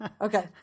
Okay